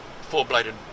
four-bladed